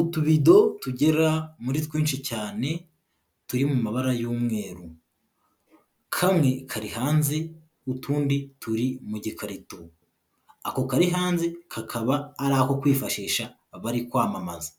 Utubido tugera muri twinshi cyane turi mu mabara y'umweru, kamwe kari hanze utundi turi mu gikarito, ako kari hanze kakaba ari ako kwifashisha bari kwamamaza,